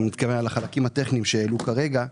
אני מתכוון על החלקים הטכניים שהעלו כרגע,